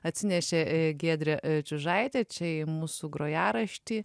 atsinešė giedrė čiužaitė čia mūsų grojaraštį